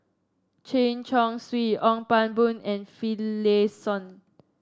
Chen Chong Swee Ong Pang Boon and Finlayson